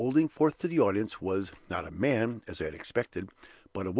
holding forth to the audience, was not a man, as i had expected but a woman,